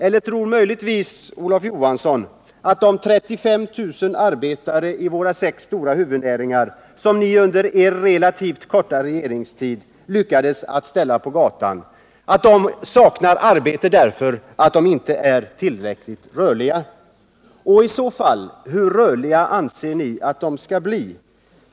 Eller tror möjligtvis Olof Johansson att de 35 000 arbetare i våra sex stora huvudnäringar som ni, under er relativt korta regeringstid, lyckades ställa på gatan saknar arbete därför att de inte är tillräckligt rörliga? Hur rörliga anser ni i så fall att de skall bli?